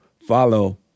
follow